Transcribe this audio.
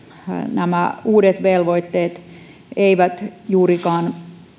nämä uudet velvoitteet eivät juurikaan